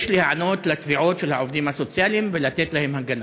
יש להיענות לתביעות של העובדים הסוציאליים ולתת להם הגנה.